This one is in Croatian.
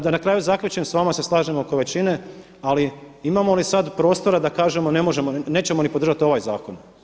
Da na kraju zaključim, s vama se slažem oko većine ali imamo li sada prostora da kažemo ne možemo, nećemo ni podržati ovaj zakon?